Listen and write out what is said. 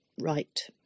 right